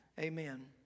amen